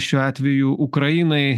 šiuo atveju ukrainai